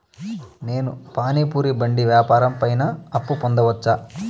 నేను పానీ పూరి బండి వ్యాపారం పైన అప్పు పొందవచ్చా?